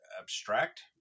abstract